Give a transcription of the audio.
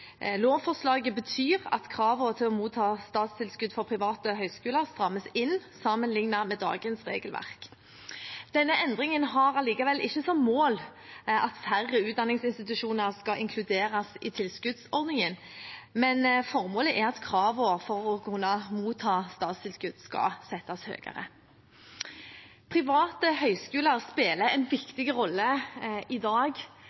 Lovforslaget betyr at kravene til å motta statstilskudd for private høyskoler strammes inn sammenlignet med dagens regelverk. Denne endringen har likevel ikke som mål at færre utdanningsinstitusjoner skal inkluderes i tilskuddsordningen, formålet er at kravene for å kunne motta statstilskudd skal settes høyere. Private høyskoler spiller i dag en viktig rolle i